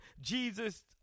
Jesus